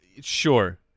Sure